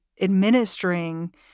administering